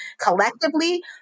collectively